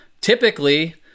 Typically